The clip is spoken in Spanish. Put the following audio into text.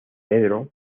pedro